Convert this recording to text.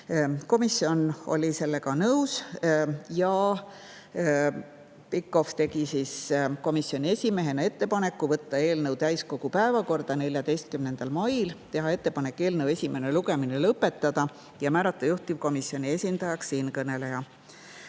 Komisjon oli sellega nõus. Heljo Pikhof tegi komisjoni esimehena ettepaneku võtta eelnõu täiskogu päevakorda 14. maiks, teha ettepanek eelnõu esimene lugemine lõpetada ja määrata juhtivkomisjoni esindajaks siinkõneleja.